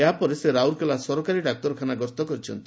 ଏହା ପରେ ସେ ରାଉରକେଲା ସରକାରୀ ଡାକ୍ତରଖାନା ଗସ୍ତ କରିଛନ୍ତି